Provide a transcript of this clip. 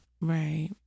Right